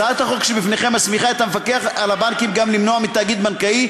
הצעת החוק שבפניכם מסמיכה את המפקח על הבנקים גם למנוע מתאגיד בנקאי,